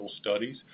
studies